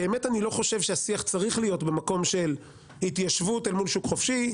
באמת אני לא חושב שהשיח צריך להיות במקום של התיישבות אל מול שוק חופשי,